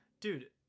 dude